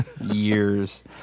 Years